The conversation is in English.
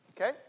Okay